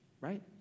right